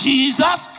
Jesus